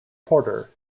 porter